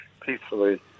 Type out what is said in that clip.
peacefully